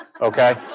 okay